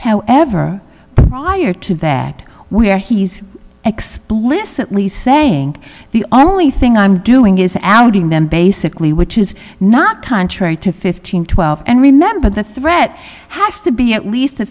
how ever prior to that where he's explicitly saying the only thing i'm doing is outing them basically which is not contrary to fifteen twelve and remember the threat has to be at least a